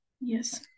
Yes